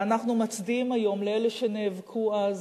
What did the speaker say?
ואנחנו מצדיעים היום לאלה שנאבקו אז,